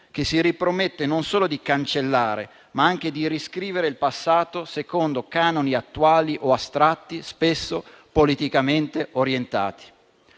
che si ripromette non solo di cancellare, ma anche di riscrivere il passato, secondo canoni attuali o astratti spesso politicamente orientati.